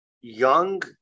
young